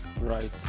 right